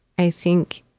i think,